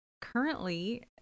currently